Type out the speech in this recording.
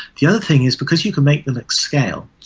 the other thing is because you can make them at scale,